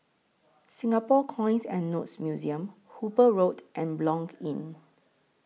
Singapore Coins and Notes Museum Hooper Road and Blanc Inn